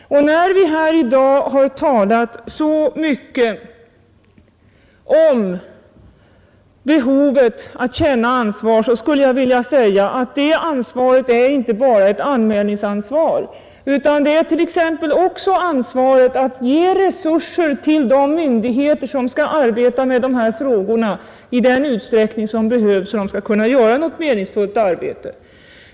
Och när vi här i dag har talat så mycket om behovet av att känna ansvar, så skulle jag vilja säga att det ansvaret är inte bara ett anmälningsansvar, utan det är t.ex. också ansvaret att ge resurser till de myndigheter som skall arbeta med dessa frågor i den utsträckning som behövs för att de skall kunna göra ett meningsfullt arbete.